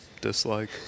dislike